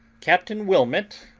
captain wilmot,